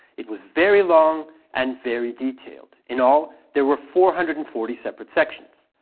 it was very long and very detailed in all there were four hundred and forty separate sections.